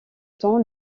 temps